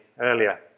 earlier